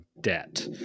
debt